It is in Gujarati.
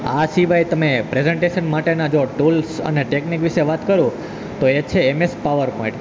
આ સિવાય તમે પ્રેઝન્ટેશન માટેના જો ટૂલ્સ અને ટેકનિક વિશે વાત કરું તો એ છે એમએસ પાવરપોઈન્ટ